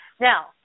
Now